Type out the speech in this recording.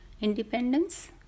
independence